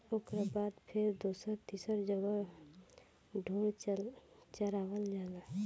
ओकरा बाद फेर दोसर तीसर जगह ढोर चरावल जाला